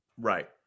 Right